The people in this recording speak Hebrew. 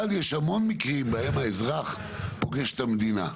אבל, יש המון מקרים בהם האזרח פוגש את המדינה.